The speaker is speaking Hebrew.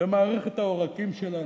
במערכת העורקים שלנו.